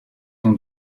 ton